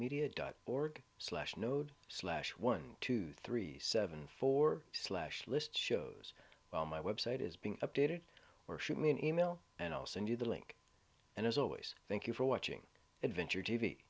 media dot org slash node slash one two three seven four slash list shows well my website is being updated or shoot me an email and i'll send you the link and as always thank you for watching adventure t